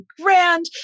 grand